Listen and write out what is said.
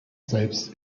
selbst